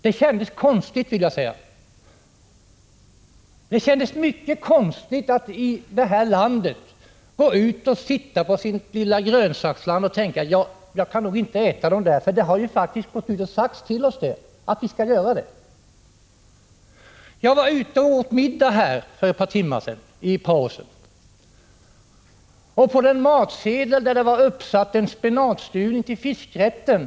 Det kändes mycket konstigt att göra detta och att i detta land sitta i sitt lilla grönsaksland och tänka att man nog inte kommer att kunna äta dessa grönsaker, eftersom det har sagts till oss. Jag var ute och åt middag för ett par timmar sedan. På matsedeln stod det att spenatstuvning serverades till fiskrätten.